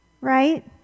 right